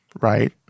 right